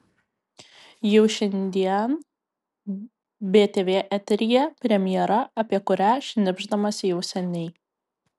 jau šiandien btv eteryje premjera apie kurią šnibždamasi jau seniai